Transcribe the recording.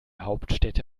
hauptstädte